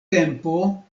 tempo